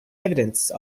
evidence